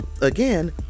again